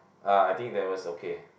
ah I think that was okay